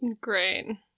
great